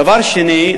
דבר שני,